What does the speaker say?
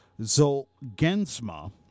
Zolgensma